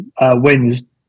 wins